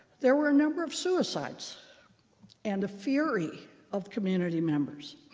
there were a number of suicides and a fury of community members.